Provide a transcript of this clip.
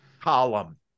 column